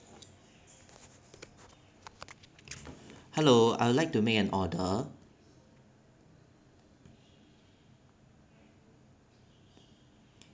hello I'll like to make an order